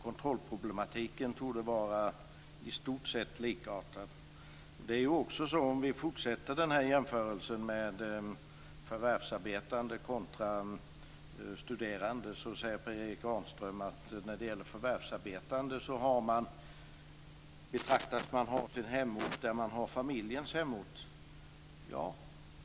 Kontrollproblemet torde vara i stort sett likartat i det hänseendet. Vid en fortsatt jämförelse av förvärvsarbetande kontra studerande säger Per Erik Granström att förvärvsarbetande betraktas ha sin hemort där familjen har sin hemort.